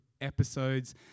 episodes